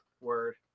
Word